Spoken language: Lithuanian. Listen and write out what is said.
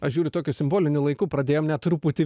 aš žiūriu tokiu simboliniu laiku pradėjom net truputį